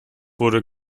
wurde